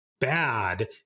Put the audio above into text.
bad